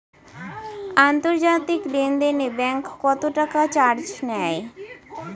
আন্তর্জাতিক লেনদেনে ব্যাংক কত টাকা চার্জ নেয়?